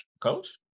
Coach